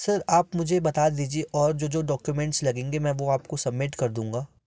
sir आप मुझे बता दीजिए और जो जो डाक्यूमेंट्स लगेंगे मैं वो आपको सबमिट कर दूँगा